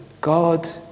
God